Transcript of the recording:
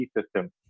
system